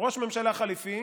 ראש ממשלה חליפי